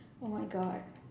oh my god